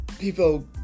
people